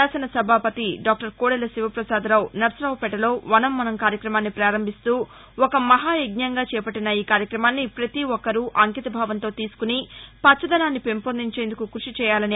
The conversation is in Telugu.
శాసనసభాపతి డాక్టర్ కోదెల శివప్రసాదరావు సర్సారావుపేటలో వనం మనం కార్యక్రమాన్ని పారంభిస్తూ ఒక మహాయజ్ఞంగా చేపట్లిన ఈ కార్యక్రమాన్ని ప్రతి ఒక్కరూ అంకితభావంతో తీసుకుని పచ్చదనాన్ని పెంపొందించేందుకు కృషి చేయాలన్నారు